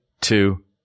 two